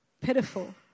pitiful